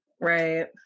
right